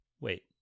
Wait